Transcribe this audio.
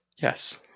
yes